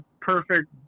perfect